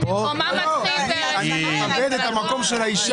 בנוסף לזה,